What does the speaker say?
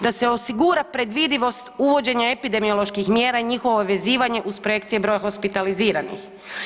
Da se osigura predvidivost uvođenja epidemioloških mjera i njihovo vezivanje uz projekcije broja hospitaliziranih.